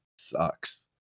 sucks